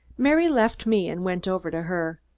mary left me and went over to her.